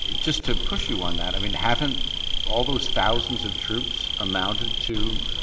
just to push you on that, i mean haven't all those thousands of troops amounted to